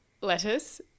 lettuce